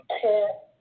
core